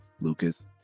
Lucas